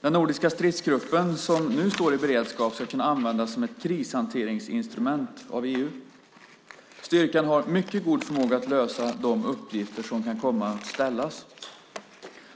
Den nordiska stridsgrupp som nu står i beredskap ska kunna användas som ett krishanteringsinstrument av EU. Styrkan har mycket god förmåga att lösa de uppgifter som kan komma att ställas.